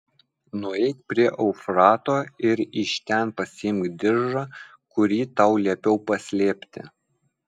nueik prie eufrato ir iš ten pasiimk diržą kurį tau liepiau paslėpti